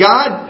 God